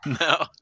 No